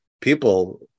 people